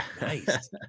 Nice